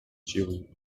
ĉiujn